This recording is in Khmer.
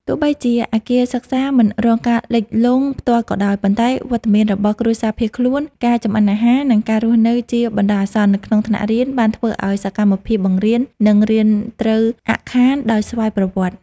ទោះបីជាអគារសិក្សាមិនរងការលិចលង់ផ្ទាល់ក៏ដោយ ប៉ុន្តែវត្តមានរបស់គ្រួសារភៀសខ្លួន ការចម្អិនអាហារ និងការរស់នៅជាបណ្តោះអាសន្ននៅក្នុងថ្នាក់រៀន បានធ្វើឱ្យសកម្មភាពបង្រៀន និងរៀនត្រូវអាក់ខានដោយស្វ័យប្រវត្តិ។